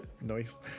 Nice